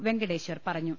വെങ്കടേശ്വർ പറഞ്ഞു